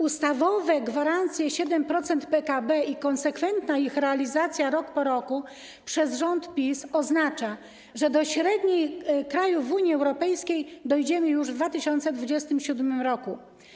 Ustawowe gwarancje 7% PKB i konsekwentna ich realizacja rok po roku przez rząd PiS oznaczają, że do średniej krajów Unii Europejskiej dojdziemy już w 2027 r.